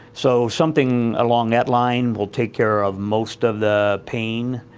so something along that line will take care of most of the pain.